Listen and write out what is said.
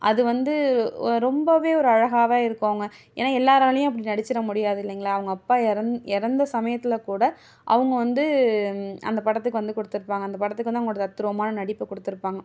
அது வந்து ரொம்பவே ஒரு அழகாவே இருக்குங்க ஏன்னால் எல்லோராலையும் அப்படி நடிச்சுற முடியாது இல்லைங்களா அவங்க அப்பா இறந் இறந்த சமயத்தில் கூட அவங்க வந்து அந்த படத்துக்கு வந்து கொடுத்துருப்பாங்க அந்த படத்துக்கு வந்து அவங்களோட தத்ரூவமான நடிப்பை கொடுத்துருப்பாங்க